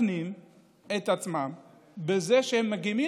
מסכנים את עצמם בזה שהם מגינים.